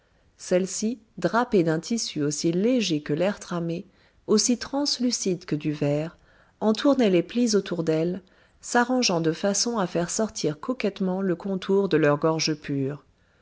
celles-ci drapées d'un tissu aussi léger que l'air tramé aussi translucide que du verre en tournaient les plis autour d'elles s'arrangeant de façon à faire ressortir coquettement le contour de leur gorge pure